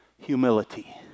Humility